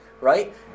Right